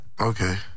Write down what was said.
Okay